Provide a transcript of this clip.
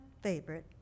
favorite